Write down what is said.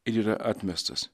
ir yra atmestas